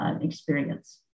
experience